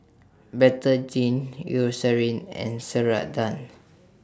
Betadine Eucerin and Ceradan